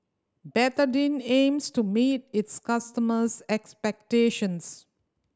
betadine aims to meet its customers' expectations